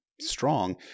strong